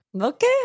Okay